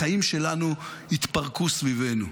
החיים שלנו התפרקו סביבנו.